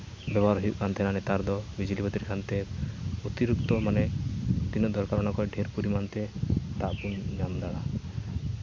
ᱵᱮᱵᱚᱦᱟᱨ ᱦᱩᱭᱩᱜ ᱠᱟᱱ ᱛᱟᱦᱮᱱᱟ ᱱᱮᱛᱟᱨ ᱫᱚ ᱵᱤᱡᱽᱞᱤ ᱵᱟᱹᱛᱤ ᱠᱷᱟᱹᱛᱤᱨ ᱛᱮ ᱚᱛᱤᱨᱤᱠᱛᱚ ᱢᱟᱱᱮ ᱛᱤᱱᱟᱹᱜ ᱫᱚᱨᱠᱟᱨ ᱚᱱᱟ ᱠᱷᱚᱡ ᱰᱷᱮᱨ ᱯᱚᱨᱤᱢᱟᱱᱛᱮ ᱫᱟᱜ ᱵᱚᱱ ᱧᱟᱢᱫᱟ